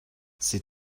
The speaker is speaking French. c’est